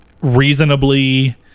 reasonably